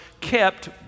kept